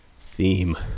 theme